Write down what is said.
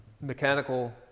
mechanical